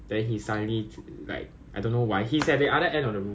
then then after that we go Bangkok right